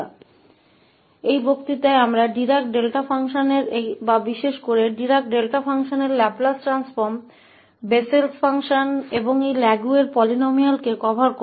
तो इस व्याख्यान में हम डिराक डेल्टा फ़ंक्शन या विशेष रूप से डिराक डेल्टा फ़ंक्शन के लैपलेस ट्रांसफॉर्म बेसेल के फ़ंक्शन और इन लैगुएरे पोलीनोमियल्सों को भी कवर करेंगे